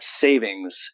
savings